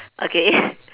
okay